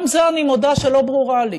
גם זה, אני מודה שלא ברור לי.